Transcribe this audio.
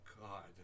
God